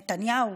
נתניהו: